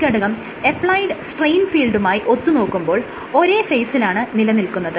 ഈ ഘടകം applied strain ഫീൽഡുമായി ഒത്തുനോക്കുമ്പോൾ ഒരേ ഫേസിലാണ് നിലനിൽക്കുന്നത്